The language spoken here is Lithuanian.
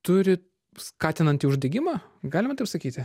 turi skatinanti uždegimą galime taip sakyti